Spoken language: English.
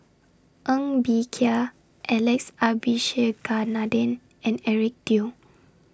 Ng Bee Kia Alex Abisheganaden and Eric Teo